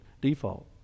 default